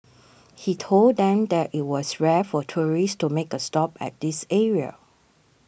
he told them that it was rare for tourists to make a stop at this area